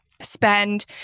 spend